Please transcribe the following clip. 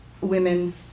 women